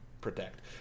protect